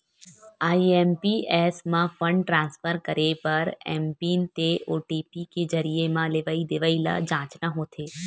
IMPS म fund transfer करे बर एमपिन ते ओ.टी.पी के जरिए म लेवइ देवइ ल जांचना होथे